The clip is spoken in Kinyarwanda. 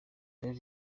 dre